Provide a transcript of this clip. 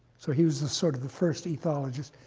so he was the sort of the first ethologist.